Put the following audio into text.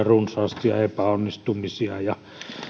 runsaasti vastoinkäymisiä epäonnistumisia ja